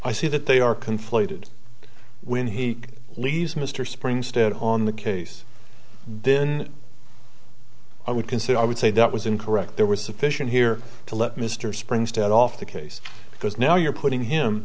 i see that they are conflated when he leaves mr spring state on the case then i would consider i would say that was incorrect there was sufficient here to let mr springs to get off the case because now you're putting him